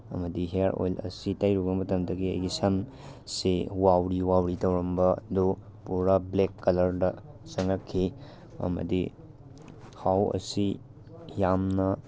ꯑꯃꯗꯤ hair oil ꯑꯁꯤ ꯇꯩꯔꯨꯕ ꯃꯇꯝꯗꯒꯤ ꯑꯩꯒꯤ ꯁꯝꯁꯤ ꯋꯥꯎꯔꯤ ꯋꯥꯎꯔꯤ ꯇꯧꯔꯝꯕ ꯑꯗꯨ ꯄꯨꯔꯥ ꯕ꯭ꯂꯦꯛ ꯀꯂꯔꯗ ꯆꯪꯉꯛꯈꯤ ꯑꯃꯗꯤ ꯊꯥꯎ ꯑꯁꯤ ꯌꯥꯝꯅ